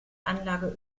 anlage